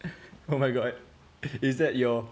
oh my god is that your